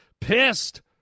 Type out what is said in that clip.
pissed